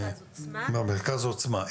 מרכז עוצמה.